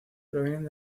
provienen